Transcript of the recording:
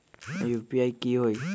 UPI की होई?